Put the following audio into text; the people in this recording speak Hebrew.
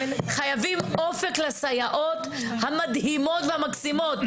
חייבים אופק לסייעות המדהימות והמקסימות.